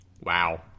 Wow